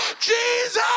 Jesus